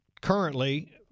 currently